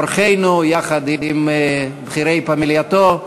אורחנו, יחד עם בכירי פמלייתו.